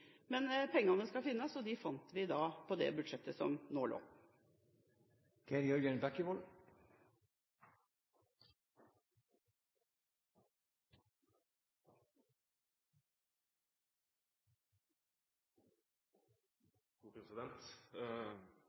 Men pengene skal finnes, og vi fant dem på det budsjettet som